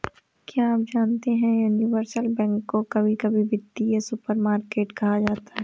क्या आप जानते है यूनिवर्सल बैंक को कभी कभी वित्तीय सुपरमार्केट कहा जाता है?